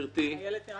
אין אושר.